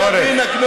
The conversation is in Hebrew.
בחייאת דינכ,